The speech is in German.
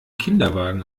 kinderwagen